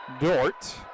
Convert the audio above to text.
Dort